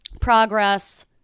progress